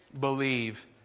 believe